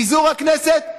פיזור הכנסת?